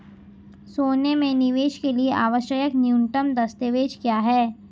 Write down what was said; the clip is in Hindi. सोने में निवेश के लिए आवश्यक न्यूनतम दस्तावेज़ क्या हैं?